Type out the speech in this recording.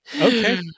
Okay